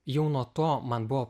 jau nuo to man buvo